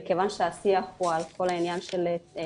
מכיוון שהשיח הוא על כל העניין הרגשי,